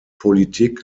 politik